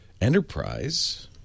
enterprise